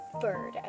bird